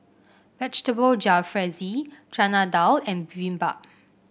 Vegetable Jalfrezi Chana Dal and Bibimbap